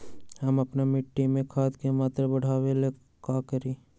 हम अपना मिट्टी में खाद के मात्रा बढ़ा वे ला का करी?